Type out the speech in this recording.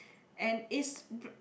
and it's